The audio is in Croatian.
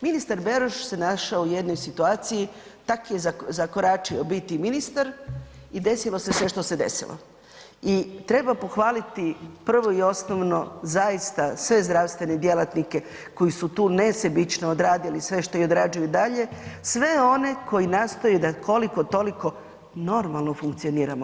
Ministar Beroš se našao u jednoj situaciji tako je zakoračio biti ministar i desilo se sve što se desilo i treba pohvaliti prvo i osnovno zaista sve zdravstvene djelatnike koji su tu nesebično odradili sve što je odrađeno i dalje, sve one koji nastoje da koliko toliko normalno funkcioniramo.